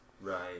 Right